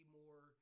more